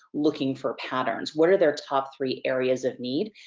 looking for patterns. what are their top three areas of need?